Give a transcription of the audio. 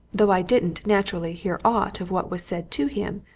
though i didn't, naturally, hear aught of what was said to him,